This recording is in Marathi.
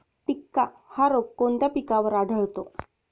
टिक्का हा रोग कोणत्या पिकावर आढळतो?